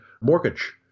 mortgage